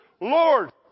Lord